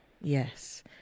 Yes